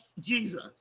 Jesus